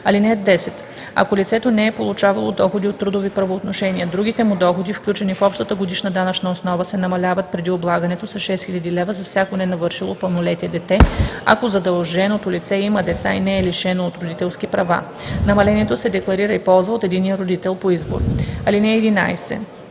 ал. 3. (10) Ако лицето не е получавало доходи от трудови правоотношения, другите му доходи, включени в общата годишна данъчна основа се намаляват преди облагането със 6000 лева за всяко ненавършило пълнолетие дете, ако задълженото лице има деца и не е лишено от родителски права. Намалението се декларира и ползва от единия родител по избор. (11)